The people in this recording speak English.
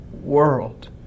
world